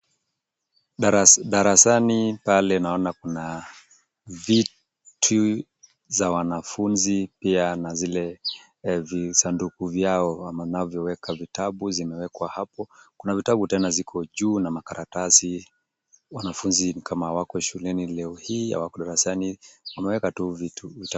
Darasani pale naona kuna vitu za wanafunzi pia na zile visanduku vyao wanavyoweka vitabu, zimewekwa hapo, kuna vitabu tena ziko juu na makaratasi, wanafunzi ni kama hawako shuleni leo hii, hawako darasani, wameweka tu vitu.